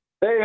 Hey